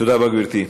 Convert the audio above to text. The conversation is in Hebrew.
תודה רבה, גברתי.